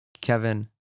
Kevin